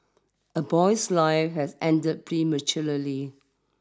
a boy's lie has ended prematurely